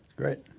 great.